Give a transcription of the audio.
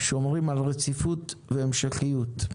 שומרים על רציפות והמשכיות.